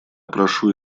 прошу